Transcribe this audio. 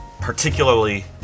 particularly